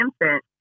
infant